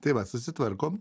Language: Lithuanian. tai vat susitvarkom